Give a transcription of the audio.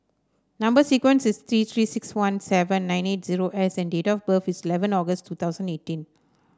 number sequence is T Three six one seven nine eight zero S and date of birth is eleven August two thousand and eighteen